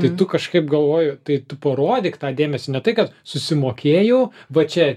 tai tu kažkaip galvoju tai tu parodyk tą dėmesį ne tai kad susimokėjau va čia